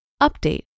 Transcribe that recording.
Update